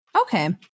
Okay